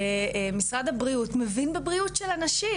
משרד הבריאות מבין בבריאות של אנשים,